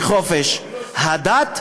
מחופש הדת.